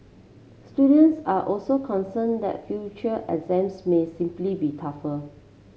students are also concerned that future exams may simply be tougher